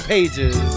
Pages